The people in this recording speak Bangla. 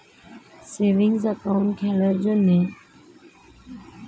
সেভিংস একাউন্ট খোলার জন্য নূন্যতম কত টাকা লাগবে?